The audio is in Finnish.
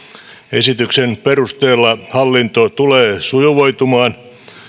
esityksen perusteella hallinto tulee sujuvoitumaan